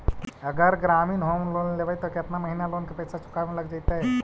अगर ग्रामीण home loan लेबै त केतना महिना लोन के पैसा चुकावे में लग जैतै?